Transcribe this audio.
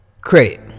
credit